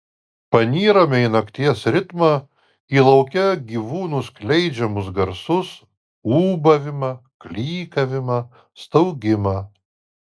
panyrame į nakties ritmą į lauke gyvūnų skleidžiamus garsus ūbavimą klykavimą staugimą